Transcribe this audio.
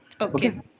Okay